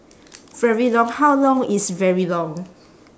very long how long is very long